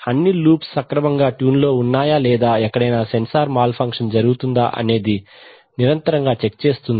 అన్ని లూప్స్ సక్రమంగా ట్యూన్ లో ఉన్నాయా లేదా ఎక్కడైనా సెన్సార్ మాల్ ఫంక్షన్ జరుగుతుందా అనేది నిరంతరంగా చెక్ చేస్తుంది